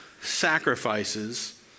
sacrifices